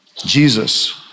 Jesus